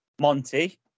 Monty